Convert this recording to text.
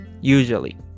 usually